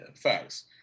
facts